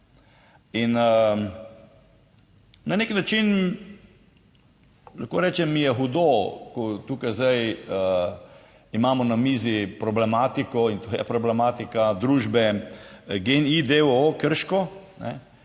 In na nek način, lahko rečem, mi je hudo, ko tukaj zdaj imamo na mizi problematiko in to je problematika družbe GEN-I d. o. o. Krško, kot